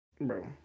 bro